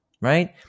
right